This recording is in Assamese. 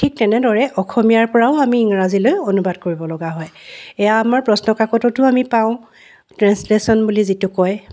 ঠিক তেনেদৰে অসমীয়াৰপৰাও আমি ইংৰাজীলৈ অনুবাদ কৰিবলগা হয় এয়া আমাৰ প্ৰশ্নকাকততো আমি পাওঁ ট্ৰেঞ্চলেশ্যন বুলি যিটো কয়